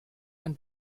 ein